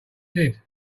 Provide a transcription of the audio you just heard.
did